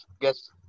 guess